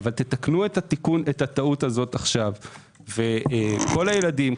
אבל תתקנו את הטעות הזו עכשיו וכל הילדים,